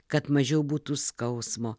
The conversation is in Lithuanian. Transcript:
kad mažiau būtų skausmo